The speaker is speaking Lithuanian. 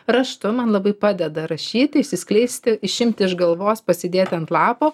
raštu man labai padeda rašyti išsiskleisti išimti iš galvos pasidėti ant lapo